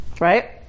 right